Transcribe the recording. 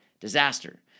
disaster